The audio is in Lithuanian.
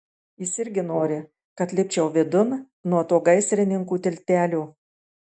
jis irgi nori kad lipčiau vidun nuo to gaisrininkų tiltelio